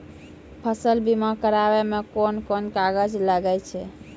फसल बीमा कराबै मे कौन कोन कागज लागै छै?